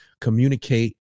communicate